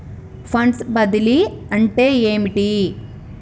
Funds బదిలీ అంటే ఏమిటి?